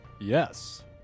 Yes